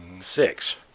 six